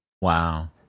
wow